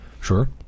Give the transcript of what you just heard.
Sure